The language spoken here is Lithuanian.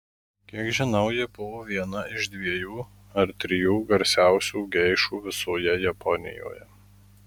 kiek žinau ji buvo viena iš dviejų ar trijų garsiausių geišų visoje japonijoje